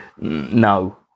No